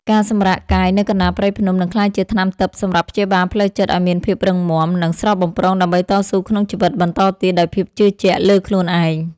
ការសម្រាកកាយនៅកណ្ដាលព្រៃភ្នំនឹងក្លាយជាថ្នាំទិព្វសម្រាប់ព្យាបាលផ្លូវចិត្តឱ្យមានភាពរឹងមាំ និង ស្រស់បំព្រងដើម្បីតស៊ូក្នុងជីវិតបន្តទៀតដោយភាពជឿជាក់លើខ្លួនឯង។